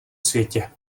světě